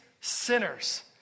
sinners